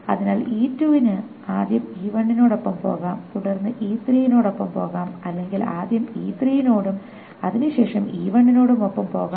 അതിനാൽ E2 ന് ആദ്യം E1 നോടൊപ്പം പോകാം തുടർന്ന് E3 നോടൊപ്പം പോകാം അല്ലെങ്കിൽ ആദ്യം E3 നോടും അതിനു ശേഷം E1 നോടും ഒപ്പം പോകാം